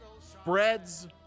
spreads